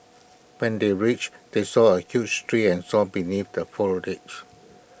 when they reached they saw A huge tree and saw beneath the foliage